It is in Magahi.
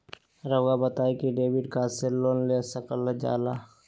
रहुआ बताइं कि डेबिट कार्ड से लोन ले सकल जाला?